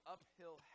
Uphill